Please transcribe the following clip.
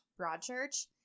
Broadchurch